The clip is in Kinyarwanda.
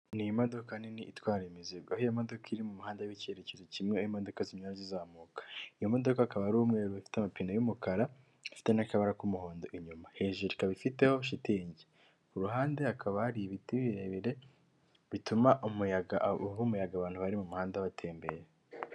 N'imodoka nini itwara imizigo aho modoka iri mu muhanda w'icyerekezo kimwe imodoka aho zinyuya zizamuka iyo modoka akaba ari umweru ufite amapine y'umukara ifite n'akabara k'umuhondo inyuma hejuru ikaba ifiteho shitingi ku ruhande hakaba hari ibiti birebire bituma umuyaga uha umuyaga abantu bari mu muhanda watembera.